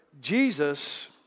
Jesus